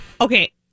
Okay